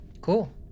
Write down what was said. cool